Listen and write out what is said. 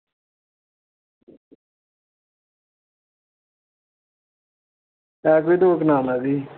एह् कोई दौ कनाल हारी